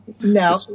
Now